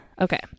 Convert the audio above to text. Okay